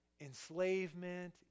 enslavement